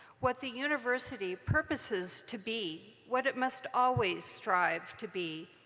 what the university purposes to be, what it must always strive to be,